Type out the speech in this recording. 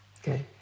Okay